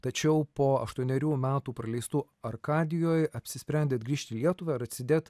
tačiau po aštuonerių metų praleistų arkadijoj apsisprendėt grįžt į lietuvą ir atsidėt